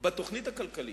בתוכנית הכלכלית,